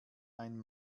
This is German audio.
ein